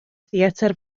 theatr